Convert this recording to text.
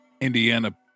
Indiana